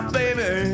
baby